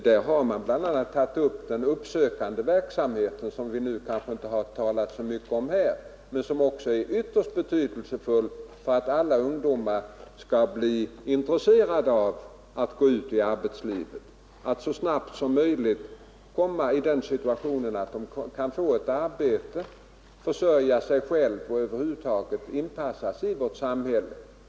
Man har bl.a. tagit initiativ till uppsökande verksamhet, som vi kanske inte talat så mycket om här men som också är ytterst betydelsefull för att alla ungdomar skall bli intresserade av att gå uti arbetslivet, att så snabbt som möjligt komma i den situationen att de kan klara ett arbete, försörja sig själva och över huvud taget inpassa sig i vårt samhälle.